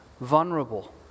vulnerable